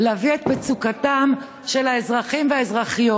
להביא את מצוקתם של האזרחים והאזרחיות.